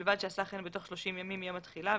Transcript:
ובלבד שעשה כן בתוך 30 ימים מיום התחילה,